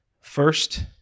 First